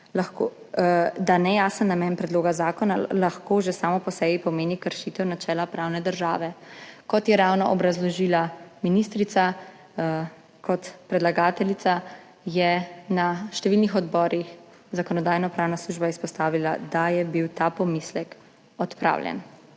da nejasen namen predloga zakona lahko že sam po sebi pomeni kršitev načela pravne države, kot je ravno obrazložila ministrica kot predlagateljica, je na številnih odborih Zakonodajno-pravna služba izpostavila, da je bil ta pomislek odpravljen.